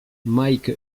mike